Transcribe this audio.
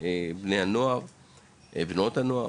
בנות הנוער,